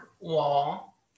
wall